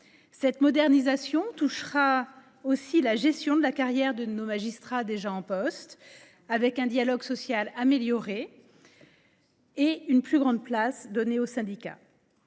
Cette modernisation touchera aussi la gestion de la carrière de nos magistrats déjà en poste, avec un dialogue social amélioré et une plus grande place donnée aux syndicats.